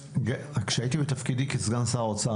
כשהייתי בתפקידי כסגן שר האוצר,